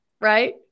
right